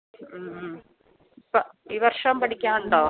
ഇപ്പം ഈ വർഷം പഠിക്കാനുണ്ടോ